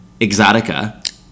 Exotica